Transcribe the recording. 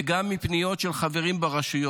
וגם מפניות של חברים ברשויות,